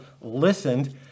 listened